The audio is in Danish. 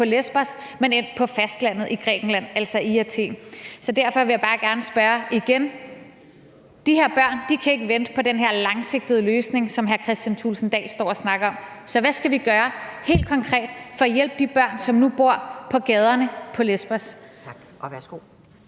på Lesbos, men er endt på fastlandet i Grækenland, altså i Athen. Derfor vil jeg bare gerne spørge igen. De her børn kan ikke vente på den her langsigtede løsning, som hr. Kristian Thulesen Dahl står og snakker om, så hvad skal vi gøre helt konkret for at hjælpe de børn, som nu bor på gaderne på Lesbos? Kl.